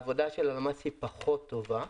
באזור יהודה ושומרון העבודה של הלמ"ס פחות טובה,